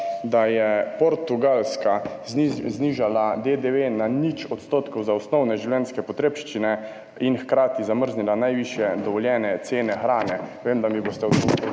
da je Portugalska znižala DDV na nič odstotkov za osnovne življenjske potrebščine in hkrati zamrznila najvišje dovoljene cene hrane. Vem, da mi boste v